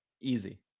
Easy